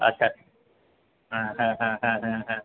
আচ্ছা হ্যাঁ হ্যাঁ হ্যাঁ হ্যাঁ হ্যাঁ হ্যাঁ